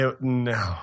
No